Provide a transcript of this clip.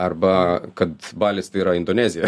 arba kad balis tai yra indonezija